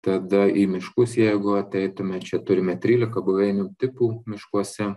tada į miškus jeigu ateitume čia turime trylika buveinių tipų miškuose